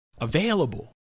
available